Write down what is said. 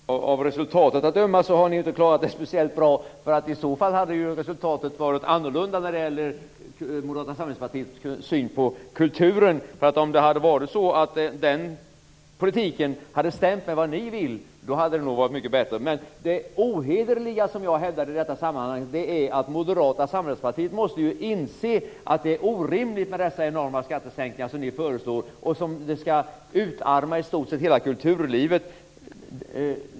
Värderade talman! Av resultatet att döma har ni inte klarat det speciellt bra. I så fall hade ju resultatet varit annorlunda när det gäller Moderata samlingspartiets syn på kulturen. Om politiken hade stämt med vad ni vill så hade det nog varit mycket bättre. Men det ohederliga som jag talade om i detta sammanhang är att Moderata samlingspartiet ju måste inse att det är orimligt med de enorma skattesänkningar som ni föreslår och som skall utarma i stort sett hela kulturlivet.